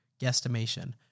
guesstimation